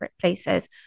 places